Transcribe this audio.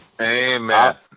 Amen